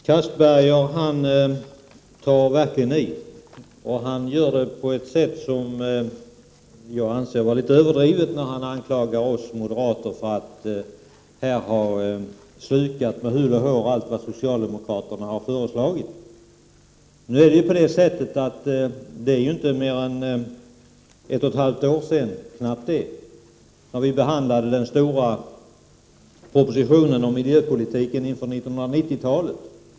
Herr talman! Anders Castberger tar verkligen i. Jag anser att han faktiskt går till överdrift när han anklagar oss moderater för att med hull och hår ha slukat allt vad socialdemokraterna har föreslagit. Det är ju inte mer än knappt ett och ett halvt år sedan vi behandlade regeringens omfattande proposition om miljöpolitiken inför 90-talet.